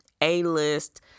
A-list